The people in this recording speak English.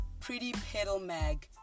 Prettypedalmag